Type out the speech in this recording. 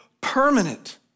permanent